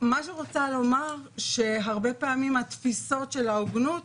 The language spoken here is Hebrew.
מה שרוצה לומר, שהרבה פעמים התפיסות של ההוגנות